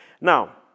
Now